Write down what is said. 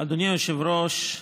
אדוני היושב-ראש,